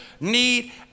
need